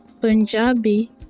Punjabi